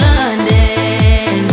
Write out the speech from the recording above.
London